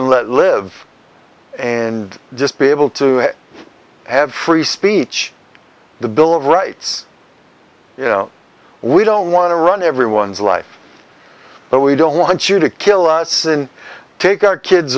and let live and just be able to have free speech the bill of rights you know we don't want to run everyone's life but we don't want you to kill us and take our kids